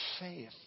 faith